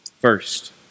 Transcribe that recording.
first